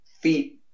Feet